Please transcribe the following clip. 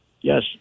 Yes